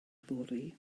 fory